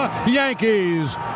Yankees